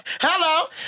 Hello